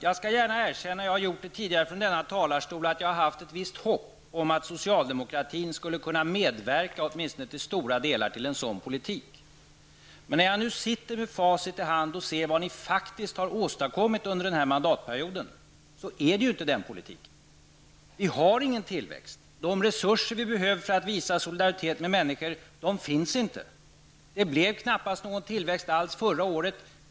Jag skall gärna erkänna -- det har jag gjort tidigare från denna talarstol -- att jag haft ett visst hopp om att socialdemokraterna skulle kunna åtminstone till stora delar medverka till en sådan politik. Men när jag nu sitter med facit i handen och ser vad ni har åstadkommit under den här mandatperioden, måste jag konstatera att det inte är sådan politik. Vi har ingen tillväxt. De resurser som vi behöver för att visa solidaritet med människor finns inte. Det blev knappast någon tillväxt alls förra året.